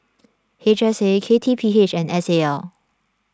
H S A K T P H and S A L